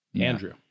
Andrew